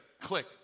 Click